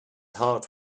heart